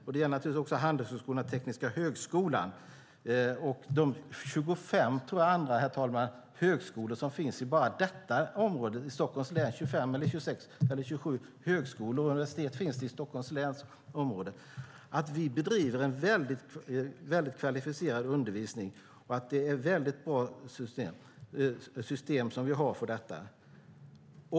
Det gäller naturligtvis också Handelshögskolan och Tekniska högskolan, liksom de 25 eller 26 andra högskolor, som jag tror, herr talman, att det finns i bara Stockholms län. Vi bedriver en väldigt kvalificerad undervisning, och vi har bra system för detta.